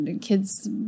kids